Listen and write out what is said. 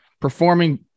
performing